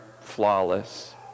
flawless